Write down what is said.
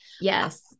Yes